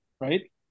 right